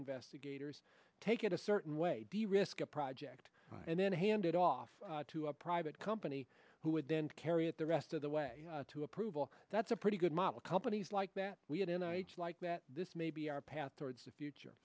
investigators take it a certain way to risk a project and then handed off to a private company who would then carry it the rest of the way to approval that's a pretty good model companies like that we had and i like that this may be our path towards the future